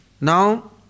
Now